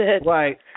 Right